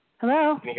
Hello